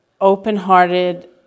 open-hearted